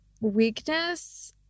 weakness